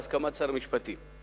ובהסכמת שר המשפטים".